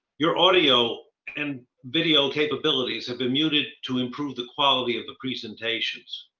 your audio and video capabilities have been muted to improve the quality of the presentations.